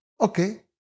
Okay